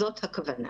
זאת הכוונה.